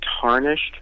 tarnished